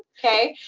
okay?